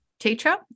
teacher